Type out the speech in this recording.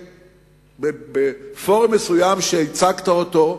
בפורום מסוים שהצגת אותו,